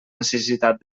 necessitat